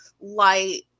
light